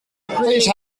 please